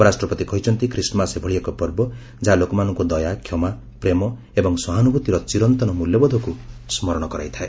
ଉପରାଷ୍ଟ୍ରପତି କହିଛନ୍ତି ଖୀଷ୍ଟମାସ ଏଭଳି ଏକ ପର୍ବ ଯାହା ଲୋକମାନଙ୍କୁ ଦୟା କ୍ଷମା ପ୍ରେମ ଏବଂ ସହାନୁଭୂତିର ଚିରନ୍ତନ ମୂଲ୍ୟବୋଧକୁ ସ୍କରଣ କରାଇଥାଏ